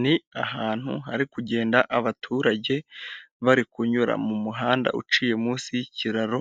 Ni ahantu hari kugenda abaturage, bari kunyura mu muhanda uciye munsi y'ikiraro,